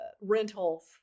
rentals